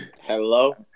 Hello